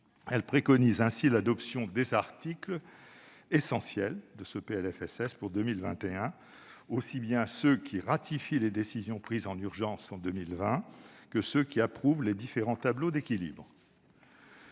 elle préconise ainsi l'adoption des articles essentiels de ce PLFSS pour 2021, aussi bien ceux qui ratifient les décisions prises en urgence en 2020 que ceux qui approuvent les différents tableaux d'équilibre.